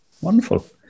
Wonderful